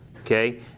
Okay